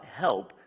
help